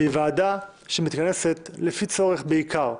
היא ועדה שמתכנסת בעיקר לפי צורך.